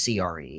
CRE